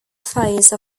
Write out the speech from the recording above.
face